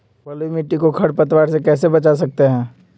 बलुई मिट्टी को खर पतवार से कैसे बच्चा सकते हैँ?